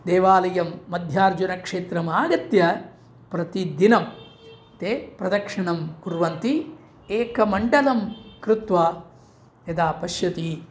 देवालयं मध्यार्जुनक्षेत्रम् आगत्य प्रतिदिनं ते प्रदक्षिणां कुर्वन्ति एकं मण्डलं कृत्वा यदा पश्यति